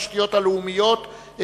שעליה ישיב שר התשתיות הלאומיות,